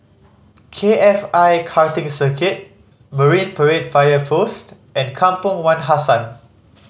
K F I Karting Circuit Marine Parade Fire Post and Kampong Wak Hassan